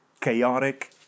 chaotic